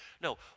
no